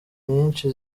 nyinshi